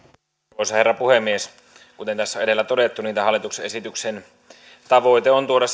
arvoisa herra puhemies kuten tässä edellä on todettu niin tämän hallituksen esityksen tavoite on tuoda